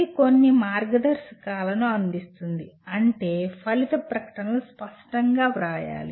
ఇది కొన్ని మార్గదర్శకాలను అందిస్తుంది అంటే ఫలిత ప్రకటనలు స్పష్టంగా వ్రాయలి